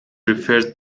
referred